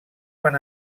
van